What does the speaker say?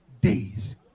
days